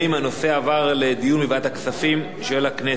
הנושא עבר לדיון בוועדת הכספים של הכנסת.